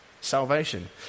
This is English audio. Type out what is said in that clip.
salvation